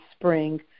spring